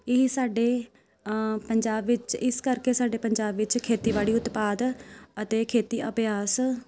ਇਹ ਸਾਡੇ ਪੰਜਾਬ ਵਿੱਚ ਇਸ ਕਰਕੇ ਸਾਡੇ ਪੰਜਾਬ ਵਿੱਚ ਖੇਤੀਬਾੜੀ ਉਤਪਾਦ ਅਤੇ ਖੇਤੀ ਅਭਿਆਸ